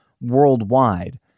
worldwide